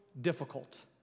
difficult